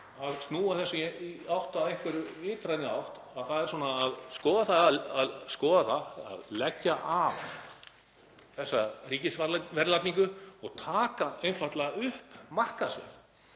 að snúa þessu í átt að einhverju vitrænu, þ.e. að skoða það að leggja af þessa ríkisverðlagningu og taka einfaldlega upp markaðsverð.